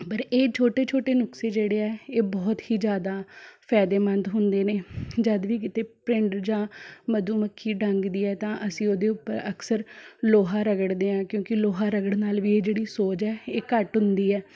ਪਰ ਇਹ ਛੋਟੇ ਛੋਟੇ ਨੁਸਖੇ ਜਿਹੜੇ ਆ ਇਹ ਬਹੁਤ ਹੀ ਜ਼ਿਆਦਾ ਫਾਇਦੇਮੰਦ ਹੁੰਦੇ ਨੇ ਜਦ ਵੀ ਕਿਤੇ ਭਰਿੰਡ ਜਾਂ ਮਧੂਮੱਖੀ ਡੰਗਦੀ ਹੈ ਤਾਂ ਅਸੀਂ ਉਹਦੇ ਉੱਪਰ ਅਕਸਰ ਲੋਹਾ ਰਗੜਦੇ ਆਂ ਕਿਉਂਕਿ ਲੋਹਾ ਰਗੜਣ ਨਾਲ਼ ਵੀ ਇਹ ਜਿਹੜੀ ਸੋਜ਼ ਐ ਇਹ ਘੱਟ ਹੁੰਦੀ ਹੈ